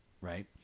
right